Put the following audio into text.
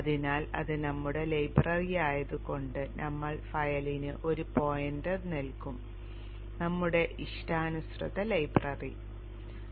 അതിനാൽ അത് നമ്മുടെ ലൈബ്രറിയായതുകൊണ്ട് നമ്മൾ ഫയലിന് ഒരു പോയിന്റർ നൽകും നമ്മുടെ ഇഷ്ടാനുസൃത ലൈബ്രറി